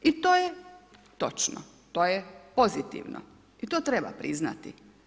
I to je točno i to je pozitivno i to treba priznati.